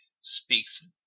speaks